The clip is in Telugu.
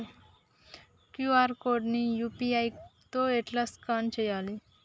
క్యూ.ఆర్ కోడ్ ని యూ.పీ.ఐ తోని ఎట్లా స్కాన్ చేయాలి?